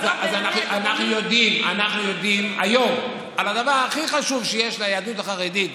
אז אנחנו יודעים היום שבדבר הכי חשוב שיש ביהדות החרדית,